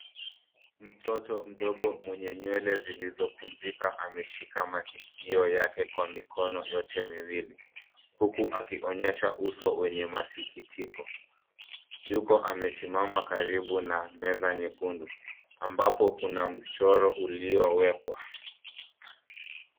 Mtoto mdogo mwenye nywele zilizokunjika ameshika masikio yake kwa mikono yote miwili huku akionyesha uso wenye masikitiko. Yuko amesimama karibu na meza nyekundu ambapo kuna mchoro uliowekwa.